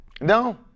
no